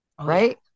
Right